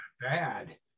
bad